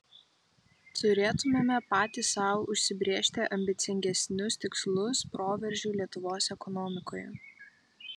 turėtumėme patys sau užsibrėžti ambicingesnius tikslus proveržiui lietuvos ekonomikoje